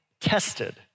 Tested